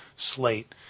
slate